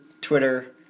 Twitter